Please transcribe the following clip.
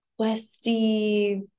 questy